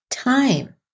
Time